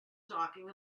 talking